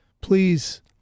Please